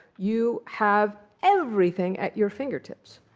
you have everything at your fingertips.